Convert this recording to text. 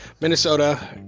Minnesota